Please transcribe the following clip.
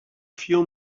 few